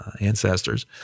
ancestors